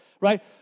right